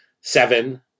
seven